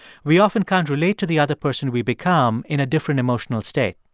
we often can't relate to the other person we become in a different emotional state.